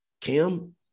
Kim